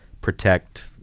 protect